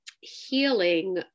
healing